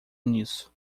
nisso